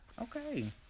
Okay